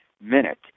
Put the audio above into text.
minute